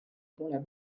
pole